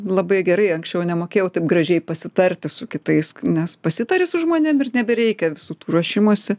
labai gerai anksčiau nemokėjau taip gražiai pasitarti su kitais nes pasitari su žmonėm ir nebereikia visų tų ruošimųsi